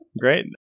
Great